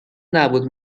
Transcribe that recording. نبود